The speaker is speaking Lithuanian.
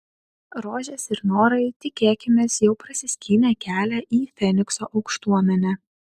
rožės ir norai tikėkimės jau prasiskynė kelią į fenikso aukštuomenę